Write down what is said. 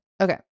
Okay